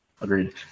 Agreed